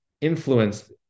influenced